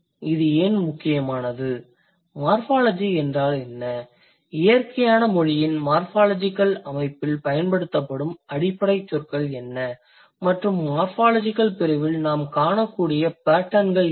இது ஏன் முக்கியமானது மார்ஃபாலஜி என்றால் என்ன இயற்கையான மொழியின் மார்ஃபாலஜிகல் அமைப்பில் பயன்படுத்தப்படும் அடிப்படை சொற்கள் என்ன மற்றும் மார்ஃபாலஜிகல் பிரிவில் நாம் காணக்கூடிய பேட்டர்ன்கள் என்ன